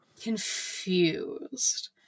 confused